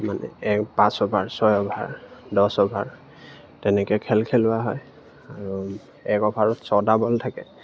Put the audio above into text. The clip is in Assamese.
মানে এক পাঁচ অভাৰ ছয় অভাৰ দছ অভাৰ তেনেকে খেল খেলোৱা হয় আৰু এক অভাৰত ছটা বল থাকে